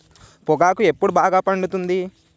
పొగాకు ఎప్పుడు బాగా పండుతుంది?